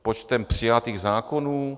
Počtem přijatých zákonů?